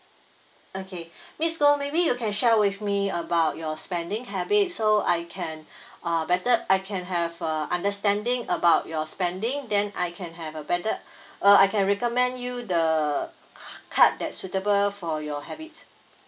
okay miss goh maybe you can share with me about your spending habits so I can uh better I can have uh understanding about your spending then I can have a better uh I can recommend you the card that suitable for your habits